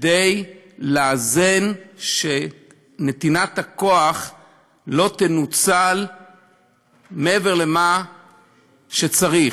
כדי לאזן שנתינת הכוח לא תנוצל מעבר למה שצריך,